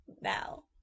Now